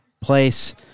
place